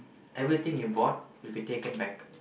everything you bought will be taken back